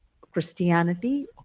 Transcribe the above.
Christianity